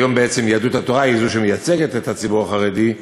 היום בעצם יהדות התורה היא שמייצגת את הציבור החרדי,